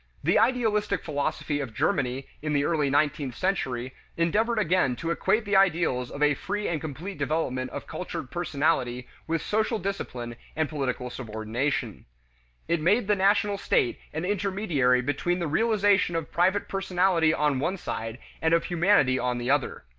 the idealistic philosophy of germany in the early nineteenth century endeavored again to equate the ideals of a free and complete development of cultured personality with social discipline and political subordination it made the national state an intermediary between the realization of private personality on one side and of humanity on the other.